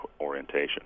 orientation